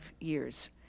years